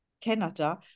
Canada